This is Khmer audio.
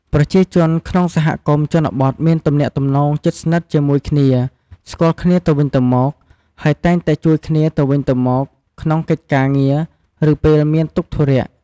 ប្រជាជនក្នុងសហគមន៍ជនបទមានទំនាក់ទំនងជិតស្និទ្ធជាមួយគ្នា ស្គាល់គ្នាទៅវិញទៅមក ហើយតែងតែជួយគ្នាទៅវិញទៅមកក្នុងកិច្ចការងារ ឬពេលមានទុក្ខធុរៈ។